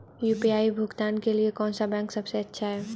UPI भुगतान के लिए कौन सा बैंक सबसे अच्छा है?